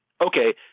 okay